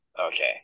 okay